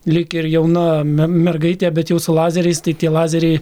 lyg ir jauna me mergaitė bet jau su lazeriais tai tie lazeriai